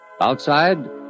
Outside